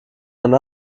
eine